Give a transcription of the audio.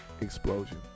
explosion